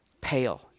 pale